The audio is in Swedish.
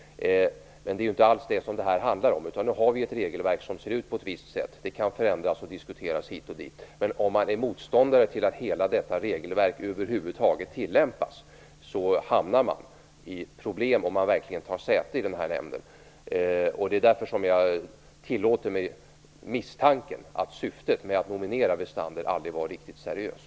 Men det här handlar inte alls om det. Nu finns det ett regelverk som ser ut på ett visst sätt. Det kan förändras och diskuteras. Men om man är motståndare till att detta regelverk över huvud taget tillämpas får man problem om man verkligen tar säte i nämnden. Därför tillåter jag mig att misstänka att syftet med att nominera Westander aldrig var riktigt seriöst.